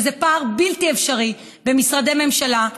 שזה פער בלתי אפשרי במשרדי ממשלה,